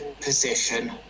position